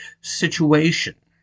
situation